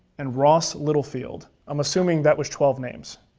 and ross littlefield. i'm assuming that was twelve names.